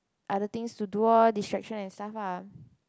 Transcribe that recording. other things to do orh distractions and stuff ah